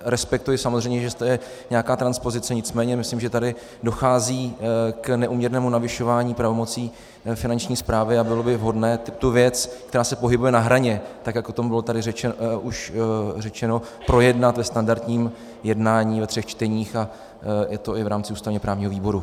Respektuji samozřejmě, že je nějaká transpozice, nicméně myslím, že tady dochází k neúměrnému navyšování pravomocí Finanční správy a bylo by vhodné tu věc, která se pohybuje na hraně, tak jak o tom tady bylo řečeno, projednat ve standardním jednání, ve třech čteních, a je to i v rámci ústavněprávního výboru.